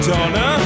Donna